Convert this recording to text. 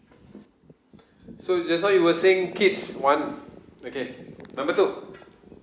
so just now you were saying kids one okay number two